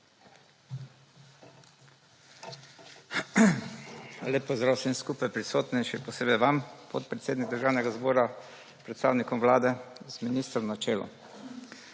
Lep pozdrav vsem prisotnim še posebej vam, podpredsednik Državnega zbora, predstavnikom Vlade z ministrom na čelu.